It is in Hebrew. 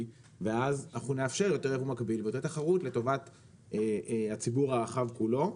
ואז אנחנו נאפשר את היבוא המקביל ואת התחרות לטובת הציבור הרחב כולו,